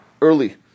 early